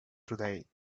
today